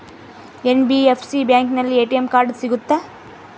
NBFC ಬ್ಯಾಂಕಿನಲ್ಲಿ ATM card ಸಿಗುತ್ತಾ?